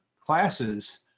classes